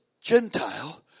Gentile